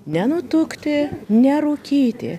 nenutukti nerūkyti